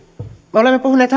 me olemme puhuneet